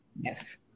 Yes